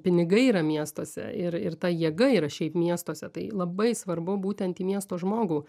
pinigai yra miestuose ir ir ta jėga yra šiaip miestuose tai labai svarbu būtent į miesto žmogų